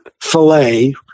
filet